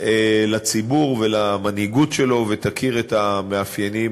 לציבור ולמנהיגות שלו ותכיר את המאפיינים